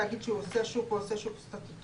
תאגיד שהוא עושה שוק או עושה שוק סטטוטורי,